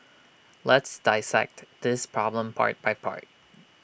let's dissect this problem part by part